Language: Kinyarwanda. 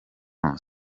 qatar